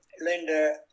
Linda